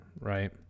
Right